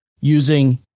using